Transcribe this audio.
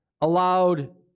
allowed